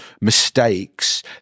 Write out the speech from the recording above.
mistakes